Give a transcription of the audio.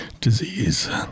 disease